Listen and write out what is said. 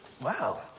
Wow